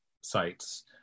sites